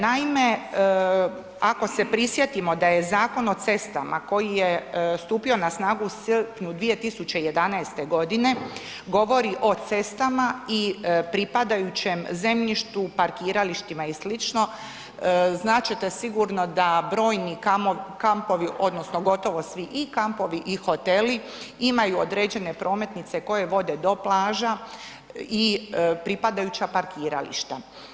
Naime, ako se prisjetimo da je Zakon o cestama koji je stupio na snagu u srpnju 2011.g. govori o cestama i pripadajućem zemljištu, parkiralištima i slično, znat ćete sigurno da brojni kampovi odnosno gotovo svi i kampovi i hoteli imaju određene prometnice koje vode do plaža i pripadajuća parkirališta.